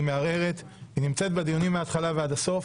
היא מערערת, נמצאת בדינים מההתחלה עד הסוף.